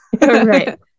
Right